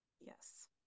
yes